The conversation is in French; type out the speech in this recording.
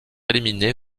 éliminé